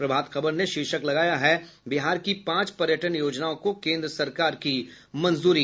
प्रभात खबर ने शीर्षक लगाया है बिहार की पांच पर्यटन योजनाओं को केंद्र सरकार की मंजूरी